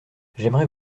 j’aimerais